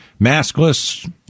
maskless